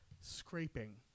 scraping